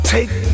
Take